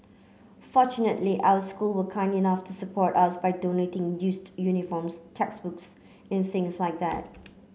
fortunately our school were kind enough to support us by donating used uniforms textbooks and things like that